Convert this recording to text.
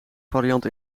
variant